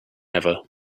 ever